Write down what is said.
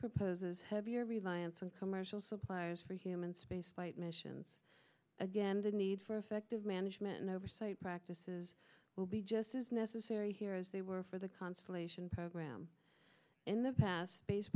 proposes heavy your reliance on commercial suppliers for human space flight missions again the need for effective management and oversight practices will be just as necessary here as they were for the constellation program in the past based